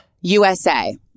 USA